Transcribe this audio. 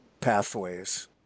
pathways